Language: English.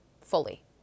fully